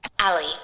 ali